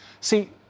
See